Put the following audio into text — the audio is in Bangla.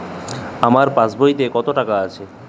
আমার পাসবইতে কত টাকা আছে?